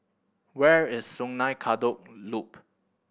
where is Sungei Kadut Loop